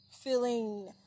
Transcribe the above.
feeling